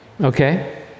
Okay